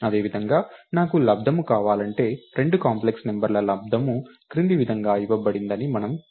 అదేవిధంగా నాకు లబ్దము కావాలంటే రెండు కాంప్లెక్స్ నంబర్ల లబ్దము క్రింది విధంగా ఇవ్వబడిందని మనకు తెలుసు